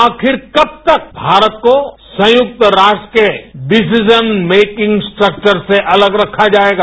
आखिर कब तक भारत को संयुक्त राष्ट्र के डिसिजन मेंकिंग स्ट्रेक्वर्त्त से अलग रखा जाएगा